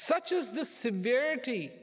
such is the severity